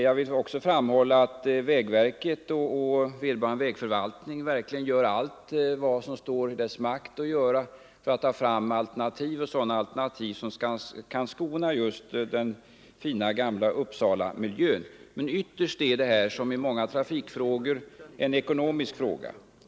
Jag vill också framhålla att vägverket och vederbörande vägförvaltning verkligen gör allt vad som står i deras makt att göra för att ta fram sådana alternativ som kan skona den fina Gamla Uppsala-miljön. Men ytterst är detta, som många trafikfrågor, en ekonomisk fråga.